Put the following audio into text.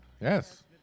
Yes